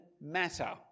matter